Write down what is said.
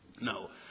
No